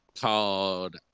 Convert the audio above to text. called